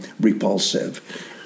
repulsive